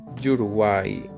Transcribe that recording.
Uruguay